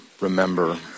remember